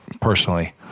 personally